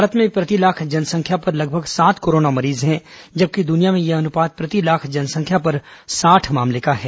भारत में प्रति लाख जनसंख्या पर लगभग सात कोरोना मरीज हैं जबकि दुनिया में यह अनुपात प्रति लाख जनसंख्या पर साठ मामले हैं